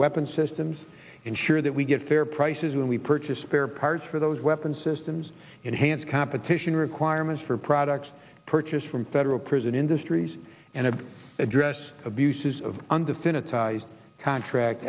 weapons systems ensure that we get fair prices when we purchase spare parts for those weapons systems enhanced competition requirements for prada next purchase from federal prison industries and an address abuses of undef in a ties contract